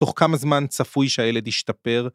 תוך כמה זמן צפוי שהילד ישתפר.